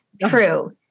true